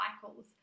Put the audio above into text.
cycles